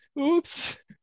Oops